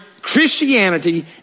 Christianity